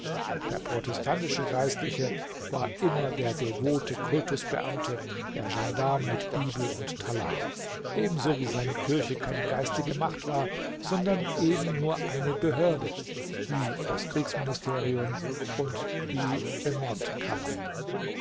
der protestantische geistliche war immer der devote kultusbeamte der gendarm mit bibel und talar ebenso wie seine kirche keine geistige macht war sondern eben nur eine behörde wie das kriegsministerium und die